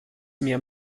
mehr